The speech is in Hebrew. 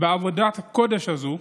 בעבודת הקודש הזאת,